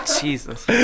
Jesus